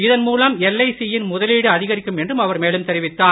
இதன் மூலம் எல்ஐசியின் முதலீடு அதிகரிக்கும் என்றும் அவர் மேலும் தெரிவித்தார்